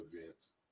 events